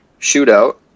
shootout